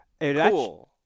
cool